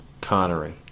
Connery